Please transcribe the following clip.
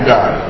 God